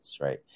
Right